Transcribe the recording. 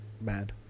bad